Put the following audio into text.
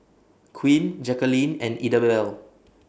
Quinn Jacquelynn and Idabelle